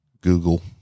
Google